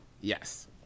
Yes